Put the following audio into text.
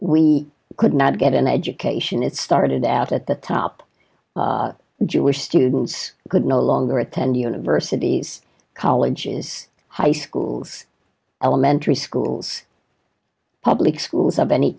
we could not get an education it started out at the top jewish students could no longer attend universities colleges high schools elementary schools public schools of any